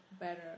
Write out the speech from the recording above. better